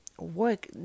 Work